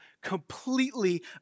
completely